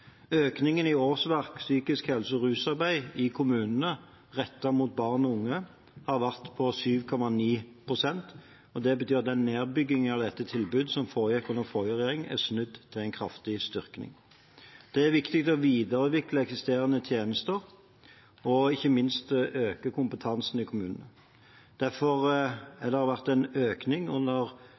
Økningen i antall årsverk innen psykisk helse og rusarbeid i kommunene rettet mot barn og unge har vært på 7,9 pst. Det betyr at den nedbyggingen av dette tilbudet som foregikk under forrige regjering, er snudd til en kraftig styrking. Det er viktig å videreutvikle eksisterende tjenester og ikke minst øke kompetansen i kommunene. Derfor har det de siste fem årene vært en økning